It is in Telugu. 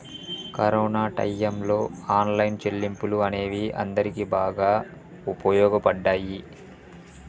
కరోనా టైయ్యంలో ఆన్లైన్ చెల్లింపులు అనేవి అందరికీ బాగా వుపయోగపడ్డయ్యి